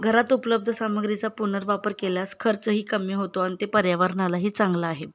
घरात उपलब्ध सामग्रीचा पुनर्वापर केल्यास खर्चही कमी होतो आणि ते पर्यावरणालाही चांगलं आहे